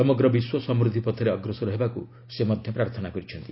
ସମଗ୍ର ବିଶ୍ୱ ସମୂଦ୍ଧି ପଥରେ ଅଗ୍ରସର ହେବାକୁ ସେ ପ୍ରାର୍ଥନା କରିଛନ୍ତି